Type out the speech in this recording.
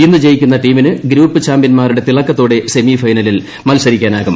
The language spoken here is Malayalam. ഇന്ന് ജയിക്കുന്ന ടീമിന് ഗ്രൂപ്പ് ചാമ്പ്യൻമാരുടെ തിളക്കത്തോടെ സെമി ഫൈനലിൽ മൽസരിക്കാനാകും